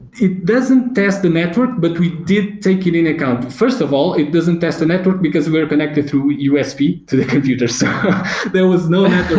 it doesn't test the network, but we did take it in account. first of all, it doesn't test the network, because we're connected through a usb, to the computer. so there was no